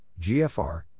GFR